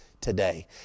today